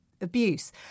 abuse